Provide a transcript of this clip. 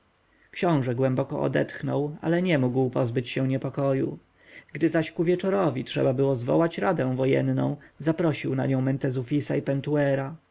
książę głęboko odetchnął ale nie mógł pozbyć się niepokoju gdy zaś ku wieczorowi trzeba było zwołać radę wojenną zaprosił na nią mentezufisa i pentuera